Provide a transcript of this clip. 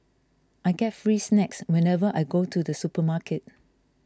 I get free snacks whenever I go to the supermarket